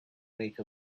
make